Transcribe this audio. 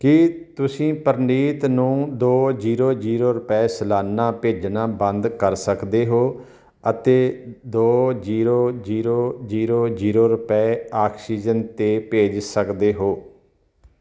ਕਿ ਤੁਸੀਂ ਪ੍ਰਨੀਤ ਨੂੰ ਦੋ ਜੀਰੋ ਜੀਰੋ ਰੁਪਏ ਸਲਾਨਾ ਭੇਜਣਾ ਬੰਦ ਕਰ ਸਕਦੇ ਹੋ ਅਤੇ ਦੋ ਜੀਰੋ ਜੀਰੋ ਜੀਰੋ ਜੀਰੋ ਰੁਪਏ ਆਕਸੀਜਨ 'ਤੇ ਭੇਜ ਸਕਦੇ ਹੋ